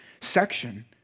section